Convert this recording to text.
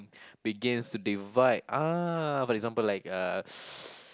begins to divide ah for example like uh